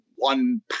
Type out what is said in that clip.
one